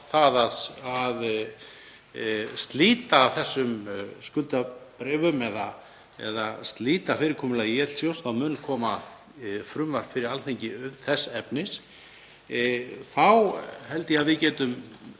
á að slíta þessum skuldabréfum eða slíta fyrirkomulagi ÍL-sjóðs. Það mun koma frumvarp fyrir Alþingi þess efnis og þá held ég að við getum